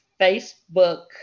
Facebook